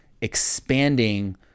expanding